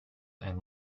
and